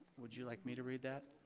would you like me to read that?